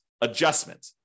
adjustment